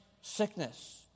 sickness